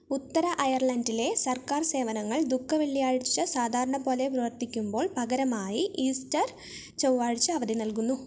ഉത്തര അയർലണ്ടിലെ സർക്കാർ സേവനങ്ങൾ ദുഃഖവെള്ളിയാഴ്ച സാധാരണപോലെ പ്രവർത്തിക്കുമ്പോള് പകരമായി ഈസ്റ്റര് ചൊവ്വാഴ്ച അവധി നല്കുന്നു